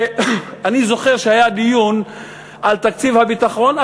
אני זוכר שהיה דיון על תקציב הביטחון,